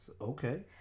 Okay